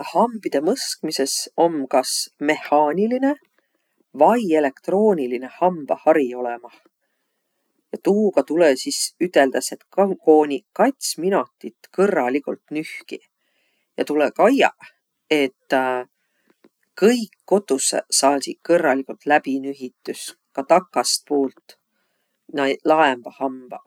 Hambidõ mõskmisõs om kas mehaanilinõ vai elektroonilinõ hambahari olõmah. Ja tuuga tulõ sis üteldäs, et k- kooni kats minotit kõrraligult nühkiq. Ja tulõ kaiaq, et kõik kotussõq saasiq kõrraligult läbi nühitüs, ka takastpuult na e- laembaq hambaq.